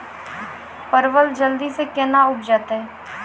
परवल जल्दी से के ना उपजाते?